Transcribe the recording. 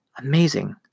Amazing